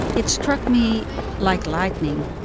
it struck me like lightning,